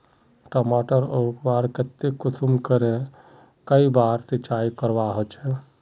टमाटर उगवार केते कुंसम करे बार सिंचाई करवा होचए?